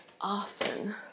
often